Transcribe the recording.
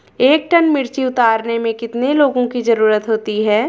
एक टन मिर्ची उतारने में कितने लोगों की ज़रुरत होती है?